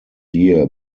year